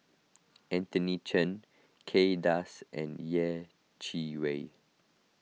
Anthony Chen Kay Das and Yeh Chi Wei